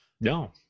No